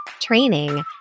training